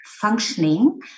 functioning